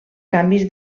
canvis